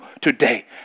today